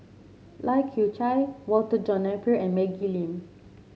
Lai Kew Chai Walter John Napier and Maggie Lim